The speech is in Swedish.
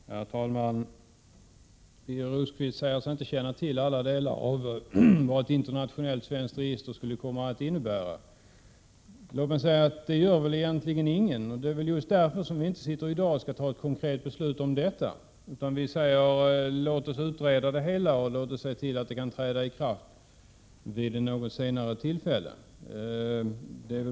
Herr talman! Birger Rosqvist säger sig inte känna till vad ett internationellt svenskt register skulle komma att innebära. Låt mig då säga att det gör väl egentligen ingen. Det är just därför som vi i dag inte skall fatta ett konkret beslut, utan låt oss utreda det hela och införa det vid något senare tillfälle.